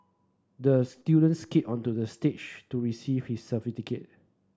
the student skated onto the stage to receive his certificate